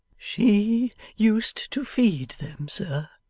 she used to feed them, sir.